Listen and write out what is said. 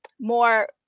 more